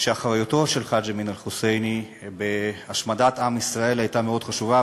שאחריותו של חאג' אמין אל-חוסייני בהשמדת עם ישראל הייתה מאוד חשובה,